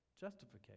justification